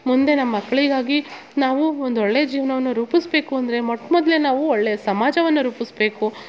ಮುಂದೆ ನಮ್ಮ ಮಕ್ಕಳಿಗಾಗಿ ನಾವು ಒಂದು ಒಳ್ಳೆ ಜೀವನವನ್ನು ರೂಪಿಸಬೇಕು ಅಂದರೆ ಮೊಟ್ಟ ಮೊದಲೇ ನಾವು ಒಳ್ಳೆ ಸಮಾಜವನ್ನು ರೂಪಿಸಬೇಕು